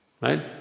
right